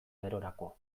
gerorako